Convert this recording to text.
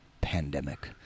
pandemic